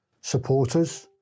supporters